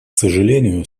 сожалению